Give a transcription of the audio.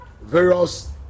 various